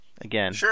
Again